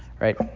right